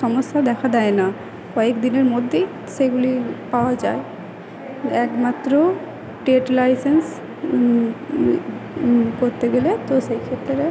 সমস্যা দেখা দেয় না কয়েক দিনের মধ্যেই সেগুলি পাওয়া যায় একমাত্র ট্রেড লাইসেন্স করতে গেলে তো সেই ক্ষেত্রে